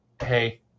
hey